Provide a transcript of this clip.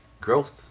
Growth